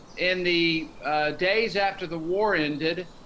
in the days after the war ended,